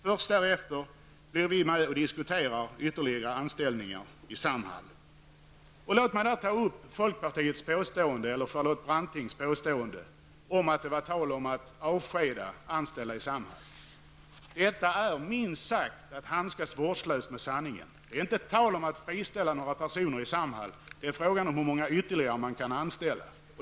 Först därefter blir vi med och diskuterar ytterligare anställningar i Samhall. Låt mig ta upp Charlotte Brantings påstående om att det var tal om att avskeda anställda i Samhall. Detta är minst sagt att handskas vårdslöst med sanningen. Det är inte tal om att friställa några personer i Samhall. Det är fråga om hur många ytterligare personer som man kan anställa.